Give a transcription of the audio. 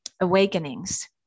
awakenings